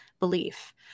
belief